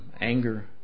anger